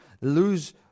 lose